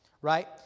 right